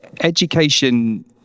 Education